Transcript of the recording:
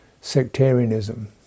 sectarianism